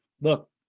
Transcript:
look